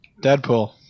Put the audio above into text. Deadpool